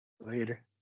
Later